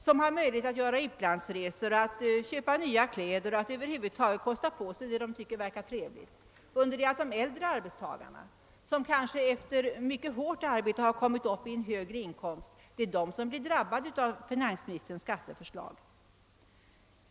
De har möjlighet att göra utlandsresor, att köpa nya kläder och att över huvud taget kosta på sig det som de tycker verkar trevligt. Det är de äldre arbetstagarna, som kanske efter mycket hårt arbete kommit upp i en högre inkomst, som drabbas av finansministerns skatteförslag.